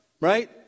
Right